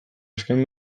azken